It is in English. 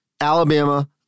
Alabama